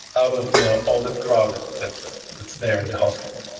out of you know all that crowd ah that's that's there in the hospital,